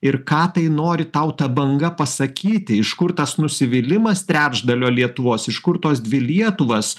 ir ką tai nori tau ta banga pasakyti iš kur tas nusivylimas trečdalio lietuvos iš kur tos dvi lietuvas